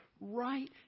right